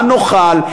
מה נאכל,